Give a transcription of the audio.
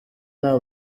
nta